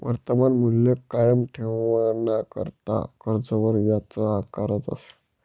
वर्तमान मूल्य कायम ठेवाणाकरता कर्जवर याज आकारतस